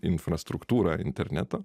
infrastruktūra interneto